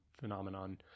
phenomenon